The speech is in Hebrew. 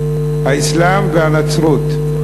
האסלאם והנצרות,